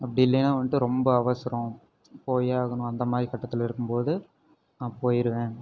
அப்படி இல்லைன்னா வந்துட்டு ரொம்ப அவசரம் போயே ஆகணும் அந்தமாதிரி கட்டத்தில் இருக்கும் போது நான் போயிடுவேன்